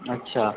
अच्छा